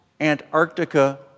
Antarctica